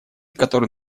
который